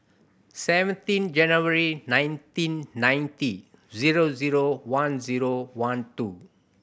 seventeen January nineteen ninety zero zero one zero one two